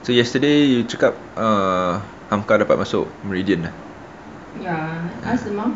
so yesterday you cakap err hamka dapat masuk meridian